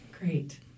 Great